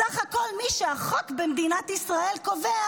בסך הכול מי שהחוק במדינת ישראל קובע